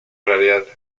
realidad